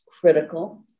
critical